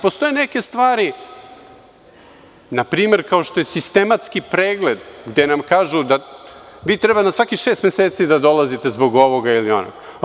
Postoje neke stvari, na primer, kao što je sistematski pregled, gde nam kažu da mi treba na svakih šest meseci da dolazite zbog ovoga ili onoga.